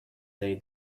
they